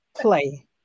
Play